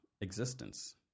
existence